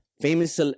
famous